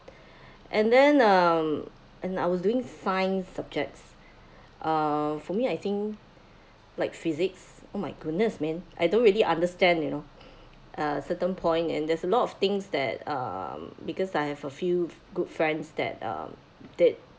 and then um and I was doing science subjects uh for me I think like physics oh my goodness man I don't really understand you know a certain point and there's a lot of things that um because I have a few good friends that um they